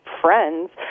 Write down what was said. friends